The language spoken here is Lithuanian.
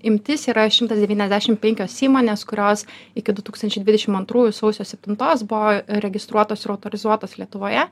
imtis yra šimtas devyniasdešim penkios įmonės kurios iki du tūkstančiai dvidešim antrųjų sausio septinos buvo registruotos ir autorizuotos lietuvoje